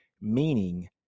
meaning